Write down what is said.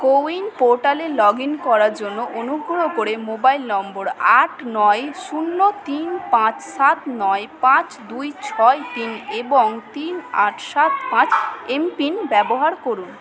CoWIN পোর্টালে log in করার জন্য অনুগ্রহ করে মোবাইল নম্বর আট নয় শূন্য তিন পাঁচ সাত নয় পাঁচ দুই ছয় তিন এবং তিন আট সাত পাঁচ এমপিন ব্যবহার করুন